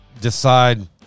decide